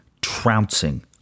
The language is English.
trouncing